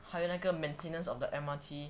还有那个 maintenance of the M_R_T